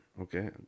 Okay